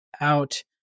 out